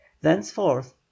thenceforth